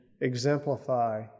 exemplify